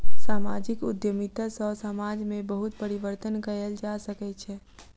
सामाजिक उद्यमिता सॅ समाज में बहुत परिवर्तन कयल जा सकै छै